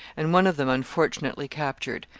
and one of them unfortunately captured.